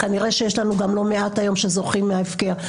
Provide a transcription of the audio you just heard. כנראה שיש לנו גם לא מעט היום שזוכים מן ההפקר.